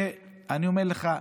ואני אומר לך,